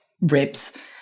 ribs